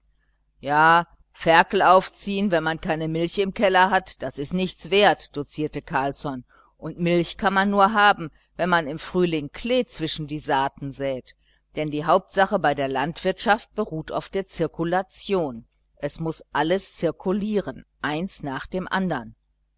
ja ferkel aufziehen wenn man keine milch im keller hat das ist nichts wert dozierte carlsson und milch kann man nur haben wenn man im frühling klee zwischen die saaten sät denn die hauptsache bei der landwirtschaft beruht auf der zirkulation es muß alles zirkulieren eins nach dem andern